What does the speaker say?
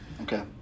Okay